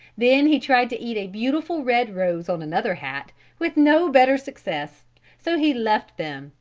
then he tried to eat a beautiful red rose on another hat with no better success so he left them,